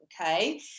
Okay